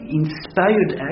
inspired